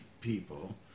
people